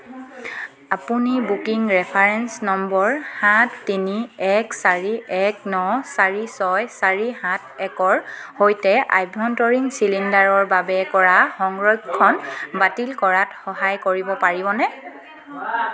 আপুনি booking reference number সাত তিনি এক চাৰি এক ন চাৰি ছয় চাৰি সাত একৰ সৈতে আভ্যন্তৰীণ চিলিণ্ডাৰৰ বাবে কৰা সংৰক্ষণ বাতিল কৰাত সহায় কৰিব পাৰিবনে